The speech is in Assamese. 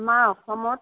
আমাৰ অসমত